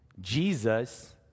Jesus